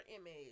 image